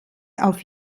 auf